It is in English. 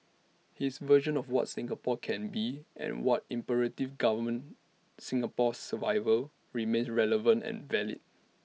his version of what Singapore can be and what imperatives govern Singapore's survival remain relevant and valid